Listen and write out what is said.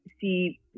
See